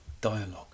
dialogue